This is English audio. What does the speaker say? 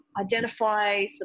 identify